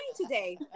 today